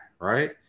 right